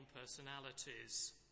personalities